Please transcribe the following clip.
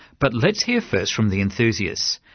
but let's hear first from the enthusiasts.